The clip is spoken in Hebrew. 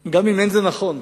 גם אם זה לא נכון,